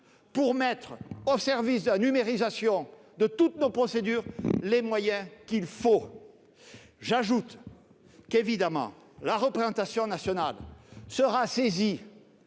pour mettre au service de la numérisation de toutes nos procédures les moyens qu'il faut. J'ajoute qu'évidemment la représentation nationale sera saisie